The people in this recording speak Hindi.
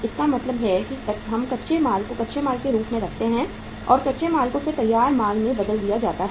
इसका मतलब है कि हम कच्चे माल को कच्चे माल के रूप में रखते हैं और कच्चे माल को फिर तैयार माल में बदल दिया जाता है